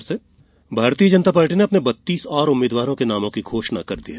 भाजपा सूची भारतीय जनता पार्टी ने अपने बत्तीस और उम्मीद्वारों के नामों की घोषणा कर दी है